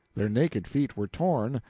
their naked feet were torn,